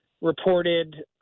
reported